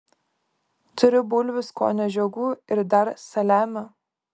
turiu bulvių skonio žiogų ir dar saliamio